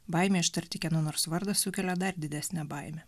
baimė ištarti kieno nors vardas sukelia dar didesnę baimę